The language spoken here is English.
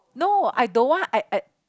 no I don't want I I